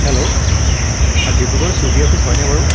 hello Dibrugarh Swiggy office হয় নে বাৰু